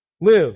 live